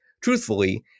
truthfully